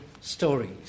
stories